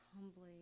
humbly